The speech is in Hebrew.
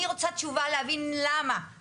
אני רוצה תשובה להבין, למה?